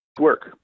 Work